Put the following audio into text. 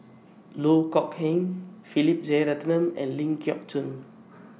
Loh Kok Heng Philip Jeyaretnam and Ling Geok Choon